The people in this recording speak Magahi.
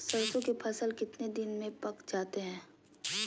सरसों के फसल कितने दिन में पक जाते है?